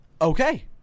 okay